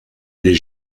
des